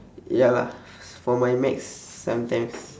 ya lah for my maths sometimes